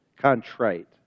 contrite